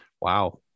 Wow